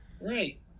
Right